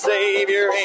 Savior